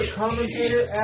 commentator